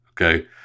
okay